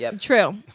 True